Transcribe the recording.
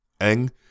Eng